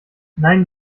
nein